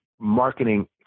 marketing